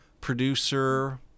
producer